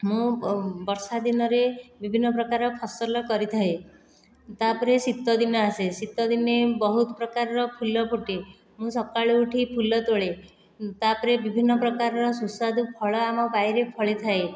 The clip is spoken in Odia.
ମୁଁ ବର୍ଷା ଦିନରେ ବିଭିନ୍ନ ପ୍ରକାର ଫସଲ କରିଥାଏ ତା'ପରେ ଶୀତ ଦିନ ଆସେ ଶୀତ ଦିନେ ବହୁତ ପ୍ରକାରର ଫୁଲ ଫୁଟେ ମୁଁ ସକାଳୁ ଉଠି ଫୁଲ ତୋଳେ ତା'ପରେ ବିଭିନ୍ନ ପ୍ରକାରର ସୁସ୍ୱାଦୁ ଫଳ ଆମ ବାଡ଼ିରେ ଫଳିଥାଏ